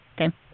Okay